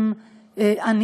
אין